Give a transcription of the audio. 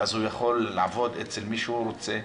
ואז הוא יוכל לעבוד אצל מי שהוא רוצה,